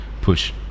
Push